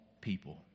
people